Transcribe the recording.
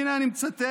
הינה, אני מצטט